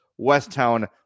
Westtown